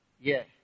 Yes